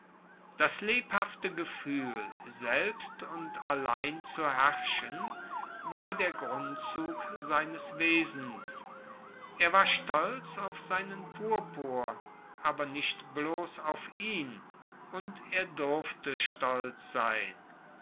das lebhafte gefuehl selbst und allein zu herrschen war der grundzug seines wesens er war stolz auf seinen purpur aber nicht bloss auf ihn und er durfte stolz sein